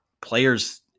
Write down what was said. players